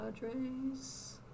Padres